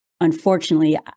Unfortunately